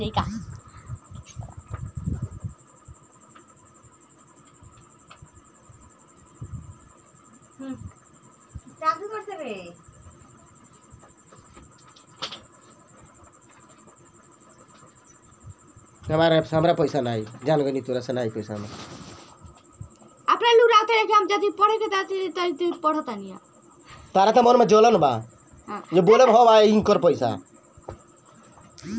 वाणिज्यिक बैंक ज्यादे छोट व्यवसाय वाला के कर्जा देके ओहिसे मुनाफा कामाला